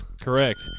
Correct